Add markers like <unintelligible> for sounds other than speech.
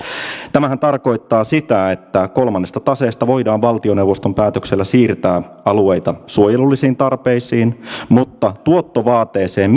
tämähän tarkoittaa sitä että kolmannesta taseesta voidaan valtioneuvoston päätöksellä siirtää alueita suojelullisiin tarpeisiin mutta tuottovaateeseen <unintelligible>